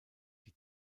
die